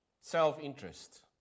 self-interest